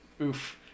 Oof